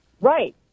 Right